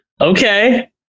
okay